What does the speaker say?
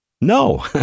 No